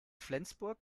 flensburg